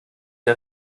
der